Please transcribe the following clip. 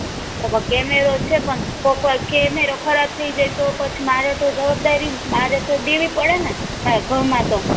તો પણ કેમેરો છે પણ કોક વાર કેમેરો ખરાબ થઈ જાય તો પછી મારે તો જવાબદારી મારે તો બીવી પડેને થાય ઘરમાં તો